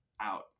out